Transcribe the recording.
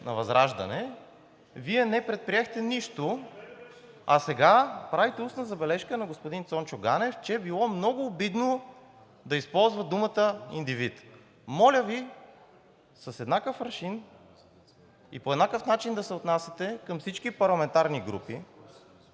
на ВЪЗРАЖДАНЕ, Вие не предприехте нищо, а сега правите устна забележка на господин Цончо Ганев, че било много обидно да използва думата „индивид“. Моля Ви с еднакъв аршин и по еднакъв начин да се отнасяте към всички парламентарни групи,